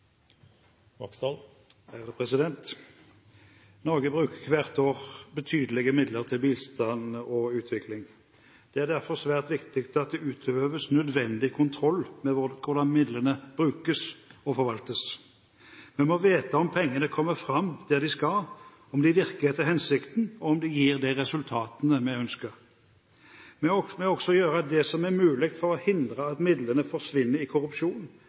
derfor svært viktig at det utøves nødvendig kontroll med hvordan midlene brukes og forvaltes. Vi må vite om pengene kommer fram dit de skal, om de virker etter hensikten, og om de gir de resultatene vi ønsker. Vi må også gjøre det som er mulig for å hindre at midlene forsvinner i korrupsjon